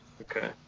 Okay